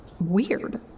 weird